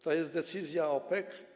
To jest decyzja OPEC.